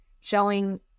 showing